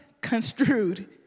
construed